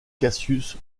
cassius